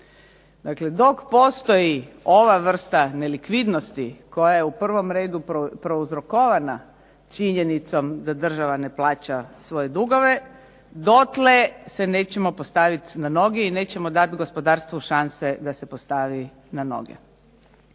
Dakle, dok postoji ova vrsta nelikvidnosti koja je u prvom redu prouzrokovana činjenicom da država ne plaća svoje dugove, dotle se nećemo postaviti na noge i nećemo dati gospodarstvu šanse da se postavi na noge.